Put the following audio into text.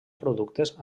productes